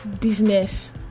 business